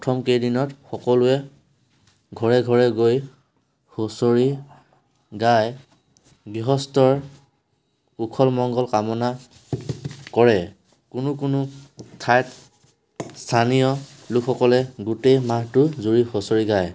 প্ৰথম কেইদিনত সকলোৱে ঘৰে ঘৰে গৈ হঁচৰি গায় গৃহস্থৰ কুশল মংগল কামনা কৰে কোনো কোনো ঠাইত স্থানীয় লোকসকলে গোটেই মাহটো জুৰি হুঁচৰি গায়